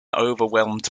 overwhelmed